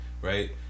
right